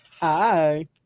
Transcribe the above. Hi